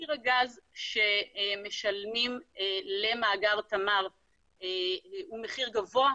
מחיר הגז שמשלמים למאגר תמר הוא מחיר גבוה.